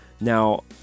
Now